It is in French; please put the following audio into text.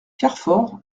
carfor